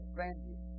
Grandview